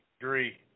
agree